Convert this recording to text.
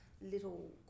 little